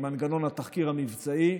מנגנון התחקיר המבצעי,